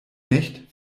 nicht